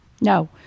No